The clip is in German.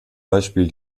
beispiel